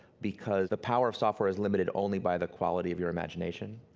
because the power of software is limited only by the quality of your imagination.